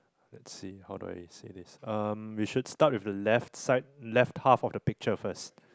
let's see how do I say this um we should start with the left side left half of the picture first